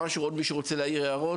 עוד מישהו רוצה להעיר הערות?